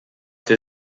für